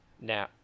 now